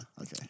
Okay